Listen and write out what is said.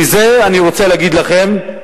בזה, אני רוצה להגיד לכם,